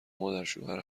مادرشوهر